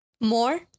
more